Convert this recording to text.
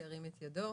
שירים את ידו.